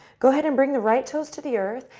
go ahead and bring the right toes to the earth.